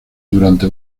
durante